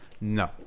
No